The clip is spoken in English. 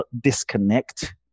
disconnect